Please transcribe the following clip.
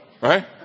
right